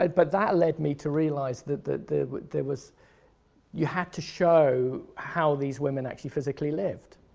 but that led me to realize that that there was you had to show how these women actually physically lived.